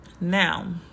now